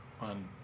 on